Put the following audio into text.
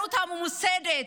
הגזענות הממוסדת,